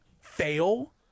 fail